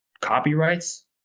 copyrights